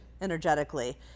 energetically